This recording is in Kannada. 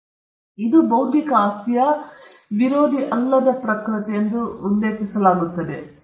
ಆದ್ದರಿಂದ ಬೌದ್ಧಿಕ ಆಸ್ತಿಯ ವಿರೋಧಿ ಅಲ್ಲದ ಪ್ರಕೃತಿ ಎಂದು ಇದನ್ನು ಉಲ್ಲೇಖಿಸಲಾಗುತ್ತದೆ